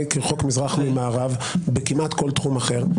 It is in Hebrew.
כרחוק מזרח ממערב כמעט בכל תחום אחר.